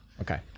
Okay